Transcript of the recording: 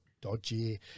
dodgy